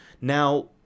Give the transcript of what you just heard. Now